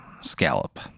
Scallop